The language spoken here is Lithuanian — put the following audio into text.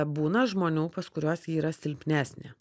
būna žmonių pas kuriuos ji yra silpnesnė